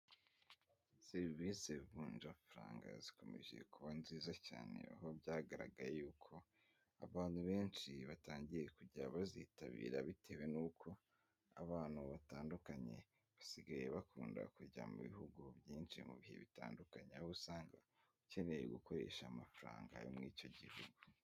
Serivisi vunja faranga zikomeje kuba nziza cyane aho byagaragaye yuko abantu benshi batangiye kujya bazitabira bitewe n'uko abantu batandukanye basigaye bakunda kujya mu bihugu byinshi mu bihe bitandukanye aho usanga ukeneye gukoresha amafaranga yo muri icyo gihugu.